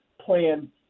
plan